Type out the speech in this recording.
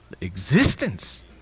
existence